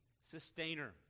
sustainer